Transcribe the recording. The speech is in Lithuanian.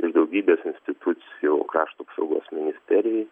iš daugybės institucijų krašto apsaugos ministerijai